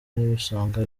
n’ibisonga